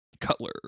cutler